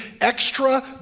extra